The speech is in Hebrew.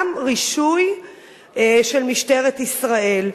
גם רישוי של משטרת ישראל.